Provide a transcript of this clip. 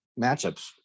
matchups